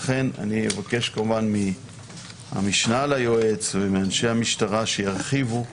לכן אני אבקש כמובן מהמשנה ליועץ ומאנשי המשטרה שירחיבו.